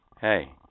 Hey